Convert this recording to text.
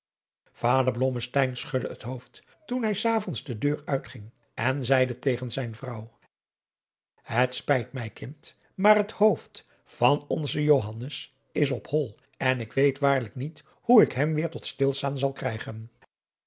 blommesteyn schudde het hoofd toen hij s avonds de deur uitging en zeide tegen zijn vrouw het spijt mij kind maar het hoofd van onzen johannes is op hol en ik weet waarlijk niet hoe ik hem weêr tot stilstaan zal krijgen